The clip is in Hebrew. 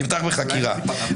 תפתח בחקירה.